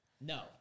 no